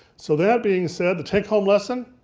so that being said, the take home lesson,